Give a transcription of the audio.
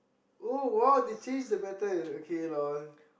oh !wow! they change the battle okay lol